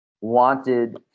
wanted